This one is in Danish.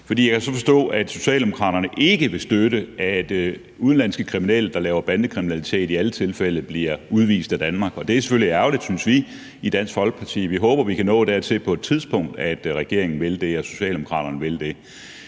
For jeg kan så forstå, at Socialdemokraterne ikke vil støtte, at udenlandske kriminelle, der laver bandekriminalitet, i alle tilfælde bliver udvist af Danmark, og det synes vi i Dansk Folkeparti selvfølgelig er ærgerligt, og vi håber, at vi kan nå dertil på et tidspunkt, at regeringen og Socialdemokraterne vil det.